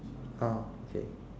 ah okay